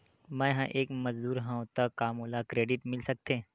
मैं ह एक मजदूर हंव त का मोला क्रेडिट मिल सकथे?